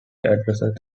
addressed